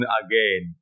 again